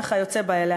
וכיוצא באלה,